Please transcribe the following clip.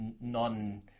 non